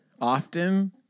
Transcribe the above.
often